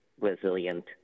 resilient